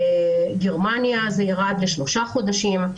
בגרמניה זה ירד לשלושה חודשים,